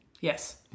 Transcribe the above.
Yes